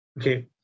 Okay